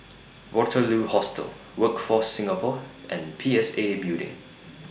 Waterloo Hostel Workforce Singapore and P S A Building